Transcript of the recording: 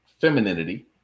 femininity